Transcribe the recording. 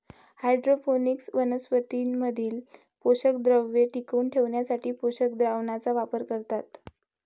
hydroponics वनस्पतीं मधील पोषकद्रव्ये टिकवून ठेवण्यासाठी पोषक द्रावणाचा वापर करतात